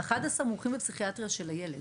ו-11 מומחים לפסיכיאטריה של הילד.